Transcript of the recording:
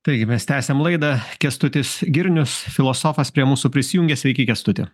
taigi mes tęsiam laidą kęstutis girnius filosofas prie mūsų prisijungė sveiki kęstuti